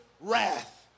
wrath